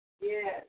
Yes